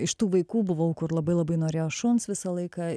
iš tų vaikų buvau kur labai labai norėjau šuns visą laiką